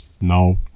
no